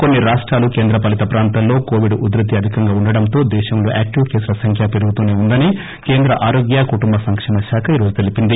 కొన్ని రాష్టాలు కేంద్ర పాలిత ప్రాంతాల్లో కోవిడ్ ఉదృతి అధికంగా వుండడంతో దేశంలో యాక్షీవ్ కేసుల సంఖ్య పెరుగుతూనే వుందని కేంద్ర ఆరోగ్య కుటుంబ సంక్షేమ శాఖ ఈరోజు తెలిపింది